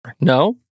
no